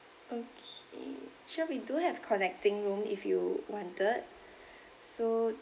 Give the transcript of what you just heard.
okay sure we do have connecting room if you wanted so